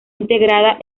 integrada